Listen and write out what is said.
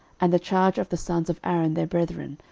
and the charge of the sons of aaron their brethren,